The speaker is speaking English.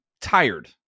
tired